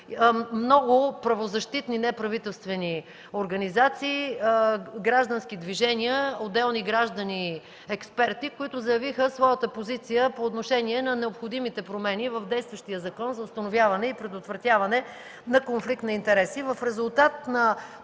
Много правозащитни и неправителствени организации, граждански движения, отделни граждани, експерти, заявиха своята позиция по отношение на необходимите промени в действащия Закон за установяване и предотвратяване на конфликт на интереси. В резултата на